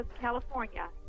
California